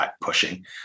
pushing